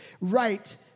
right